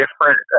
different